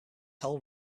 hell